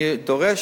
אני דורש